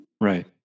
right